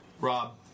Rob